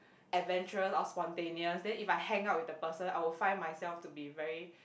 adventurous or spontaneous then if I hang out with the person I would find myself to be very